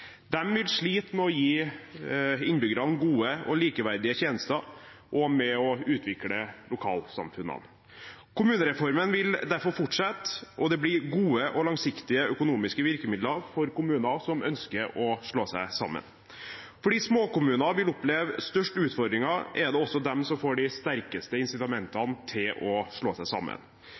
dem som er aller minst. Vi er gjennom den første perioden med kommunereform, men vi har ikke fått en ny kommunestruktur som sådan. Det er fortsatt for mange små kommuner med sårbare fagmiljøer. De vil slite med å gi innbyggerne gode og likeverdige tjenester, og med å utvikle lokalsamfunnene. Kommunereformen vil derfor fortsette, og det blir gode og langsiktige økonomiske virkemidler for kommuner som ønsker å